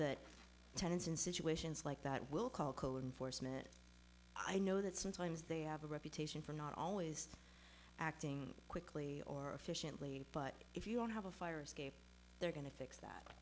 that tenants in situations like that will call cohen for smit i know that sometimes they have a reputation for not always acting quickly or officially but if you don't have a fire escape they're going to fix